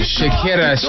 Shakira